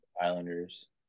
Islanders